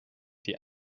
die